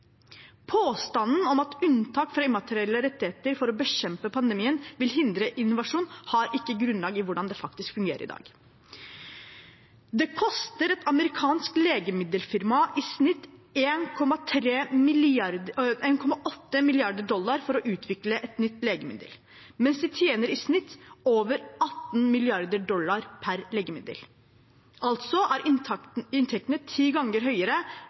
Påstanden om at et unntak fra immaterielle rettigheter for å bekjempe pandemien vil hindre innovasjon, har ikke grunnlag i hvordan det faktisk fungerer i dag. Det koster et amerikansk legemiddelfirma i snitt 1,8 mrd. dollar å utvikle et nytt legemiddel, mens de tjener i snitt over 18 mrd. dollar per legemiddel. Altså er inntektene ti ganger høyere